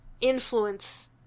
influence